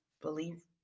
believe